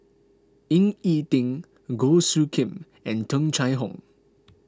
Ying E Ding Goh Soo Khim and Tung Chye Hong